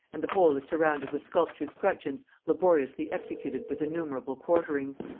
and the whole is surrounded with sculptured scutcheons laboriously executed with innumerable quarterings.